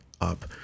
up